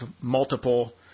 multiple